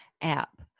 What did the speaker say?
app